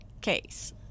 case